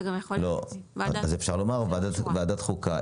אפשר לומר ועדת חוקה,